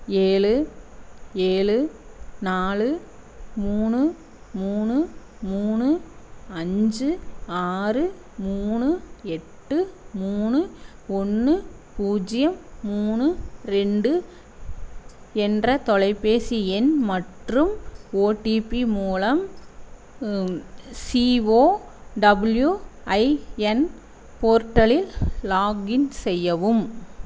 ஏழு ஏழு நாலு மூணு மூணு மூணு அஞ்சு ஆறு மூணு எட்டு மூணு ஒன்று பூஜ்ஜியம் மூணு ரெண்டு என்ற தொலைபேசி எண் மற்றும் ஓடிபி மூலம் சிஇஒடபிள்யூஐஎன் போர்ட்டலில் லாகின் செய்யவும்